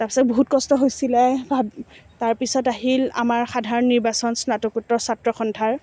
তাৰ পাছত বহুত কষ্ট হৈছিলে তাৰ পিছত আহিল আমাৰ সাধাৰণ নিৰ্বাচন স্নাতকোত্তৰ ছাত্ৰ সন্থাৰ